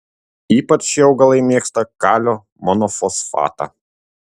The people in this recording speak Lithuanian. ypač šie augalai mėgsta kalio monofosfatą